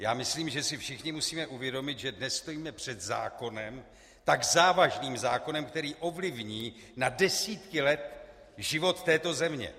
Já myslím, že si všichni musíme uvědomit, že dnes stojíme před zákonem, tak závažným zákonem, který ovlivní na desítky let život této země.